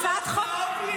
לפתוח זה obvious.